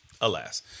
alas